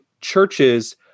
churches